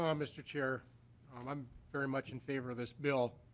um mr. chair i'm i'm very much in favor of this bill.